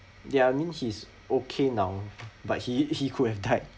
ya I mean he's okay now but he he could have died